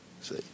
See